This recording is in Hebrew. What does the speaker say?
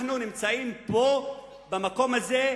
אנחנו נמצאים פה, במקום הזה,